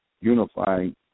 unifying